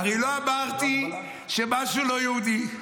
הרי לא אמרתי שמשהו לא יהודי.